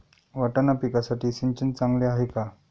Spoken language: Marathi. वाटाणा पिकासाठी सिंचन चांगले आहे का?